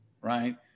right